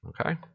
Okay